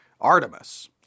Artemis